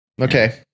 Okay